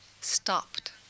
stopped